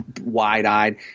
wide-eyed